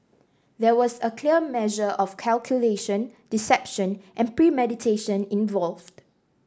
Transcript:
there was clearly a measure of calculation deception and premeditation involved